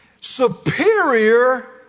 superior